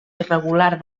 irregular